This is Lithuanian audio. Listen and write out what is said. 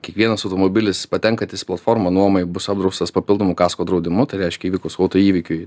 kiekvienas automobilis patenkantis platformą nuomai bus apdraustas papildomu kasko draudimu tai reiškia įvykus autoįvykiui